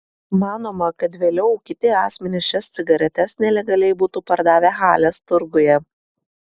manoma kad vėliau kiti asmenys šias cigaretes nelegaliai būtų pardavę halės turguje